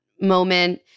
moment